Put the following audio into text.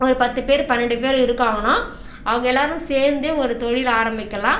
ஒரு பத்து பேர் பன்னெண்டு பேர் இருக்காங்கனா அவங்க எல்லாரும் சேர்ந்தே ஒரு தொழிலை ஆரமிக்கலாம்